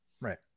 Right